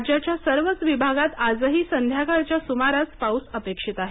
राज्याच्या सर्वच विभागात आजही संध्याकाळच्या सुमारास पाऊस अपेक्षित आहे